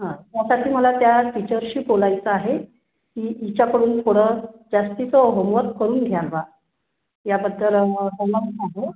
हां त्यासाठी मला त्या टीचरशी बोलायचं आहे की हिच्याकडून थोडं जास्तीचं होमवर्क करून घ्याल बा याबद्दल